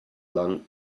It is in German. lang